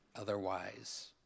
otherwise